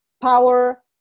Power